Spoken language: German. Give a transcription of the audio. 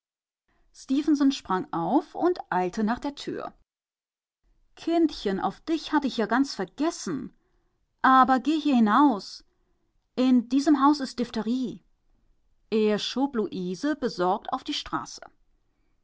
sprang auf und eilte nach der tür kindchen auf dich hatt ich ja ganz vergessen aber geh hier hinaus in diesem haus ist diphtherie er schob luise besorgt auf die straße